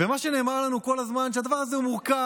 ומה שנאמר לנו כל הזמן הוא שהדבר הזה הוא מורכב,